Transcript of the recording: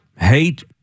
Hate